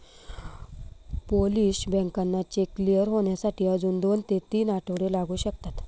Polish बँकांना cheque clear होण्यासाठी अजून दोन ते तीन आठवडे लागू शकतात